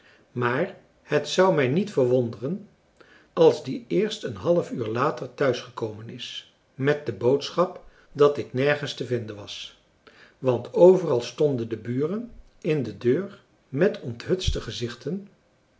maar het zou mij niet verwonderen als die eerst een half uur later thuis gekomen is met de boodschap dat ik nergens te vinden was want overal stonden de buren in de deur met onthutste gezichten